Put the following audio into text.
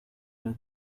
era